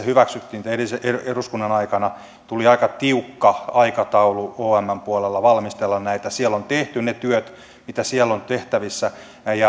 hyväksyttiin edellisen eduskunnan aikana tuli aika tiukka aikataulu omn puolella valmistella näitä siellä on tehty ne työt mitä siellä on tehtävissä